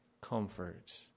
comfort